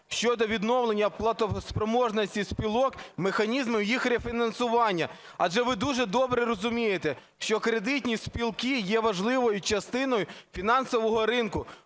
щодо відновлення платоспроможності спілок, механізмів їх рефінансування? Адже ви дуже добре розумієте, що кредитні спілки є важливою частиною фінансового ринку,